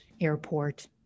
airport